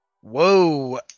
Whoa